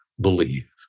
believe